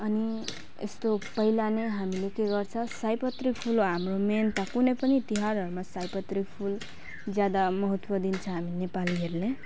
अनि यस्तो पहिला नै हामीले के गर्छ सयपत्री फुल हो हाम्रो मेन त कुनै पनि तिहारहरूमा सयपत्री ज्यादा महत्त्व दिन्छ हामी नेपालीहरूले